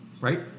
right